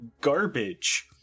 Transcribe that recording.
garbage